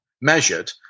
measured